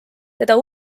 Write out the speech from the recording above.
teda